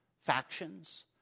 factions